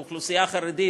באוכלוסייה החרדית